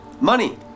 money